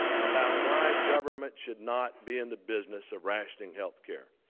about why government should not be in the business of rationing health care.